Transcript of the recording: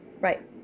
Right